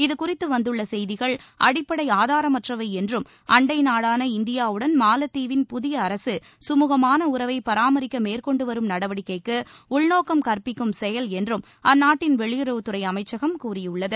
இதுகுறித்து வந்துள்ள செய்திகள் அடிப்படை ஆதாரமற்றவை என்றும் அண்டை நாடான இந்தியாவுடன் மாலத்தீவின் புதிய அரசு கமுகமான உறவை பராமரிக்க மேற்கொண்டு வரும் நடவடிக்கைக்கு உள்நோக்கம் கற்பிக்கும் செயல் என்றும் அந்நாட்டின் வெளியுறவுத்துறை அமைச்சகம் கூறியுள்ளது